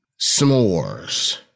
s'mores